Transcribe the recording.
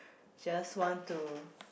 just want to